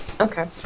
Okay